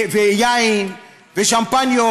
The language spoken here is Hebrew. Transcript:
ויין, ושמפניות